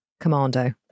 commando